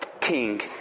king